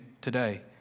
today